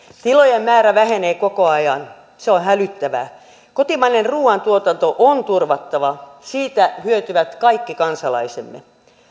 tilojen määrä vähenee koko ajan se on hälyttävää kotimainen ruuantuotanto on turvattava siitä hyötyvät kaikki kansalaisemme